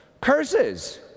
curses